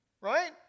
Right